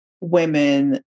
women